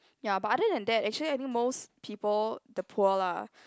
ya but other than that actually I think most people the poor lah